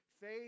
Faith